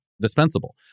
dispensable